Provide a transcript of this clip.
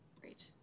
Great